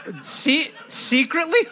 Secretly